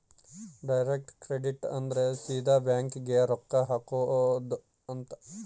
direct credit ಅಂದ್ರ ಸೀದಾ bank ಗೇ ರೊಕ್ಕ ಹಾಕೊಧ್ ಅಂತ